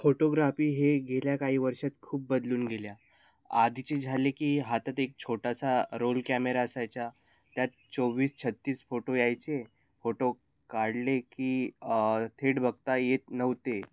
photography हे गेल्या काही वर्षात खूप बदलून गेल्या आधीचे झाले की हातात एक छोटासा रोल कॅमेरा असायचा त्यात चोवीस छत्तीस फोटो यायचे फोटो काढले की थेट बघता येत नव्हते